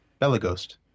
Belagost